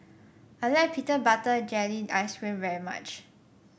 I like Peanut Butter Jelly Ice cream very much